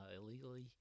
illegally